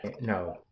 No